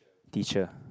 teacher